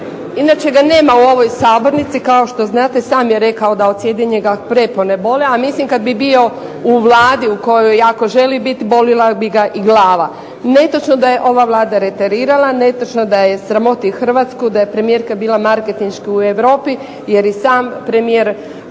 inače ga nema u ovoj sabornici, kao što znate sam je rekao da od sjedenja ga prepone bole, a mislim kad bi bio u Vladi u kojoj jako želi biti, bolila bi ga i glava. Netočno da je ova Vlada reterirala, netočno da je sramoti Hrvatsku, da je premijerka bila marketinški u Europi, jer i sam premijer